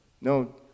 No